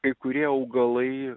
kai kurie augalai